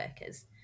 workers